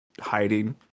hiding